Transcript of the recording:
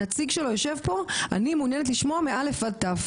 הנציג שלו יושב כאן ואני מעוניינת לשמוע מ-א' עד ת'.